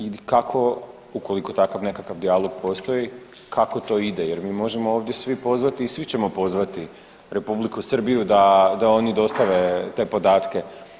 I kako ukoliko takav nekakav dijalog postoji, kako to ide jer mi možemo ovdje svi pozvati i svi ćemo pozvati Republiku Srbiju da, da oni dostave te podatke.